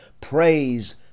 praise